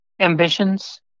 ambitions